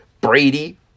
Brady